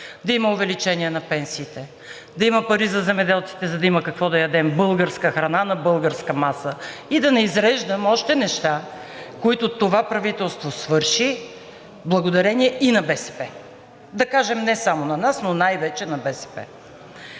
да има увеличение на пенсиите, да има пари за земеделците, за да има какво да ядем – българска храна на българска маса, и да не изреждам още неща, които това правителство свърши благодарение и на БСП. Да кажем, не само на нас, но най-вече на БСП.